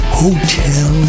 hotel